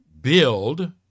build